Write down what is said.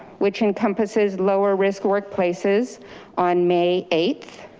which encompasses lower risk workplaces on may eighth,